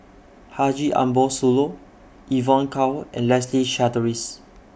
Haji Ambo Sooloh Evon Kow and Leslie Charteris